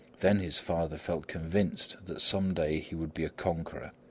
then his father felt convinced that some day he would be a conqueror.